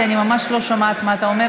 כי אני ממש לא שומעת מה אתה אומר,